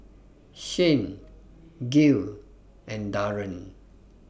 Shane Gayle and Daren